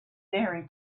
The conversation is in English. very